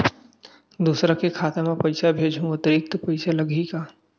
दूसरा के खाता म पईसा भेजहूँ अतिरिक्त पईसा लगही का?